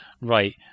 right